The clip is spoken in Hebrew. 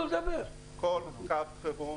כל קו חירום